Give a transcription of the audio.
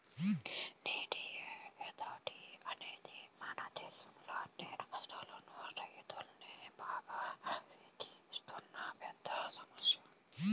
నీటి ఎద్దడి అనేది మన దేశంలో అన్ని రాష్ట్రాల్లోనూ రైతుల్ని బాగా వేధిస్తున్న పెద్ద సమస్య